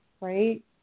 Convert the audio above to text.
right